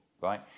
right